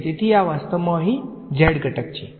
તેથી આ વાસ્તવમાં અહીં z ઘટક છે